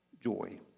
joy